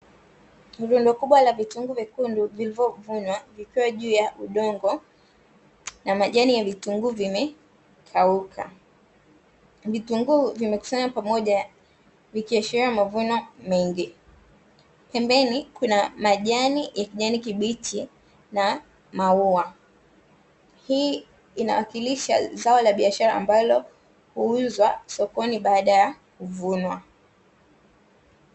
Rundo kubwa la vitunguu vyekundu vilivyo vunwa vikiwa juu ya udongo na majani, ya vitunguu vimekauka, vitunguu vimekusanywa pamoja vikiashiria mavuno mengi, pembeni kuna majani ya kijani kibichi na maua, hii inawakilisha zao la biashara ambalo huuzwa sokoni baada ya kuvunwa.